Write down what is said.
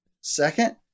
Second